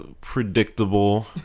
predictable